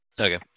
Okay